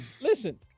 Listen